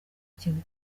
ikintu